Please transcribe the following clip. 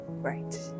right